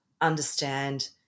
understand